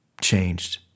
changed